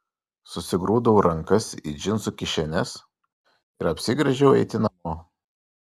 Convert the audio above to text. susigrūdau rankas į džinsų kišenes ir apsigręžiau eiti namo